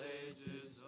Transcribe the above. ages